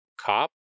cop